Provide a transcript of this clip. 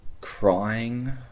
crying